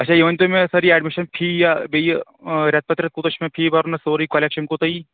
اچھا یہِ ؤنۍ تَو مےٚ سٲری اَیٚڈمِشَن فی یا بیٚیہِ رٮ۪تہٕ پَتہٕ رٮ۪تہٕ کوٗتاہ چھُ مےٚ فی بَرُن سورُے کۄلٮ۪کشَن کوٗتاہ یی